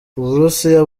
uburusiya